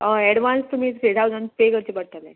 हय एडवान्स तुमी three thousand pay करचे पडटले